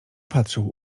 patrzył